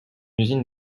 usine